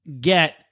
get